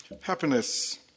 Happiness